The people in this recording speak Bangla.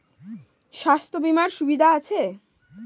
স্বাস্থ্য বিমার সুবিধা আছে?